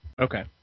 Okay